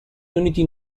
unity